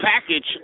package